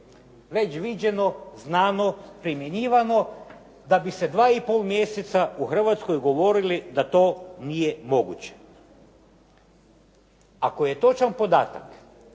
Već viđeno, znano, primjenjivano, da bi se dva i pol mjeseca u Hrvatskoj govorili da to nije moguće. Ako je točan podatak